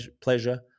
pleasure